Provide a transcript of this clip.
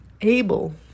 able